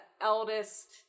eldest